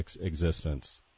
existence